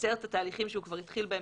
לקצר את התהליכים שהוא כבר התחיל בהם